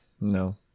No